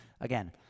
Again